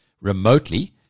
remotely